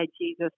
Jesus